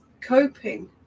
coping